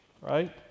right